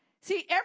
See